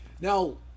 now